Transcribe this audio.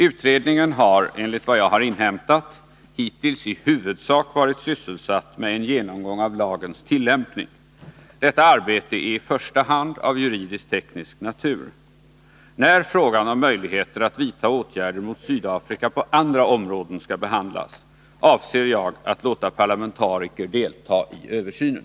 Utredningen har, enligt vad jag har inhämtat, hittills i huvudsak varit sysselsatt med en genomgång av lagens tillämpning. Detta arbete är i första hand av juridisk-teknisk natur. När frågan om möjligheter att vidta åtgärder mot Sydafrika på andra områden skall behandlas, avser jag att låta parlamentariker delta i översynen.